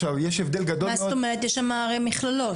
יש שם הרי מכללות.